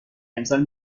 امسال